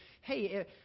hey